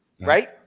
right